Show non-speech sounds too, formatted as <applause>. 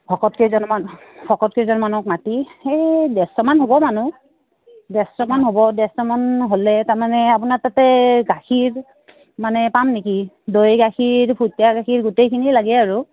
ভকত কেইজনমান ভকত কেইজনমানক মতি এই ডেৰশমান হ'ব মানুহ ডেৰশমান হ'ব ডেৰশমান হ'লে তাৰমানে আপোনাৰ তাতে গাখীৰ মানে পাম নেকি দৈ গাখীৰ <unintelligible> গাখীৰ গোটেইখিনি লাগে আৰু